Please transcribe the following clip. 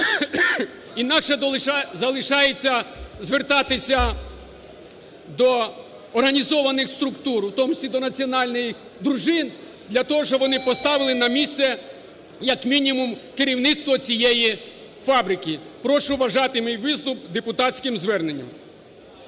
Інакше залишається звертатися до організованих структур, у тому числі до національних дружин для того, щоб вони поставили на місце, як мінімум керівництво цієї фабрики. Прошу вважати мій виступ депутатським зверненням.